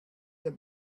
the